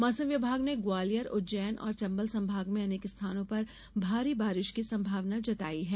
मौसम विभाग ने ग्वालियर उज्जैन और चंबल संभाग में अनेक स्थानों पर भारी बारिश की संभावना जताई है